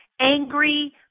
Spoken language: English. angry